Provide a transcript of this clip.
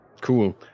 Cool